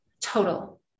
total